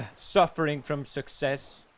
suffering from success